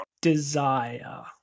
Desire